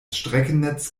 streckennetz